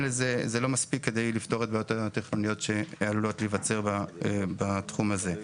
זה לא מספיק כדי לפתור את הבעיות התכנוניות שעלולות להיווצר בתחום הזה.